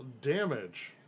damage